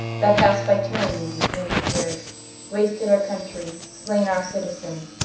that hast by tyrannie these many yeeres wasted our countrey, slaine our citizens,